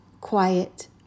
quiet